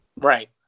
Right